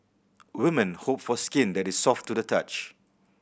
women hope for skin that is soft to the touch